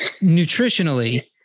nutritionally